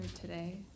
today